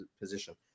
position